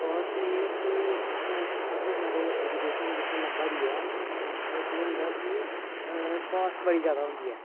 caste होई गेआ किं काफी सारे ऐजुकेशन जित्थें लब्भा दी ऐ उत्थें केह् होंदा कि कास्ट बड़ी ज्यादा होंदी ऐ